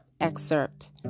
excerpt